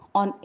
on